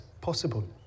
possible